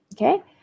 Okay